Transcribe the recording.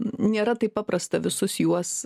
nėra taip paprasta visus juos